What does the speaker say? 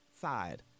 side